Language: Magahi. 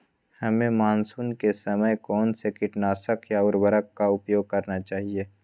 हमें मानसून के समय कौन से किटनाशक या उर्वरक का उपयोग करना चाहिए?